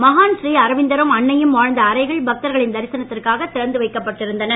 மகான் ஸ்ரீ அரவிந்தரும் அன்னையும் வாழ்ந்த அறைகள் பக்தர்களின் தரிசனத்திற்காக திறந்து வைக்கப்பட்டு இருந்தன